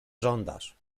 żądasz